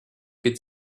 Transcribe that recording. could